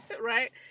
right